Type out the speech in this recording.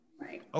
Right